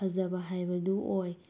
ꯐꯖꯕ ꯍꯥꯏꯕꯗꯨ ꯑꯣꯏ